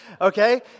okay